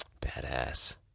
Badass